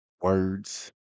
words